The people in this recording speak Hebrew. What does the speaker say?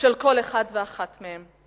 של כל אחד ואחת מהם.